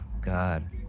God